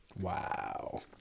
Wow